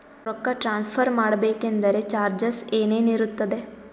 ರೊಕ್ಕ ಟ್ರಾನ್ಸ್ಫರ್ ಮಾಡಬೇಕೆಂದರೆ ಚಾರ್ಜಸ್ ಏನೇನಿರುತ್ತದೆ?